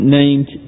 named